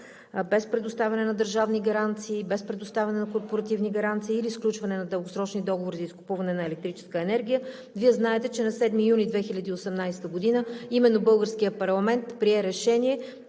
без предоставяне на държавни гаранции, без предоставяне на корпоративни гаранции или сключване на дългосрочни договори за изкупуване на електрическа енергия – Вие знаете, че на 7 юни 2018 г. именно българският парламент прие решение.